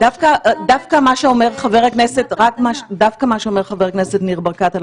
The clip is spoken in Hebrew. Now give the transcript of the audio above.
דווקא מה שאומר חבר הכנסת ניר ברקת על